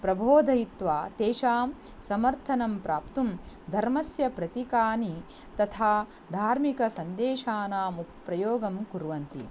प्रबोधयित्वा तेषां समर्थनं प्राप्तुं धर्मस्य प्रतीकानि तथा धार्मिकसन्देशानाम् उप् प्रयोगं कुर्वन्ति